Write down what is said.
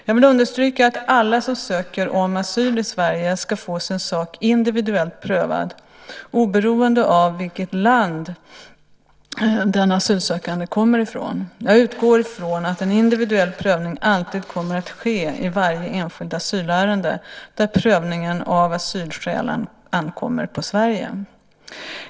Jag vill understryka att alla som ansöker om asyl i Sverige ska få sin sak individuellt prövad oberoende av vilket land den asylsökande kommer från. Jag utgår från att en individuell prövning alltid kommer att ske i varje enskilt asylärende där prövningen av asylskälen ankommer på Sverige.